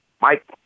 Mike